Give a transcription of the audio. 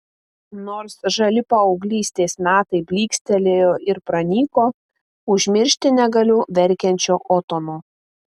nors žali paauglystės metai blykstelėjo ir pranyko užmiršti negaliu verkiančio otono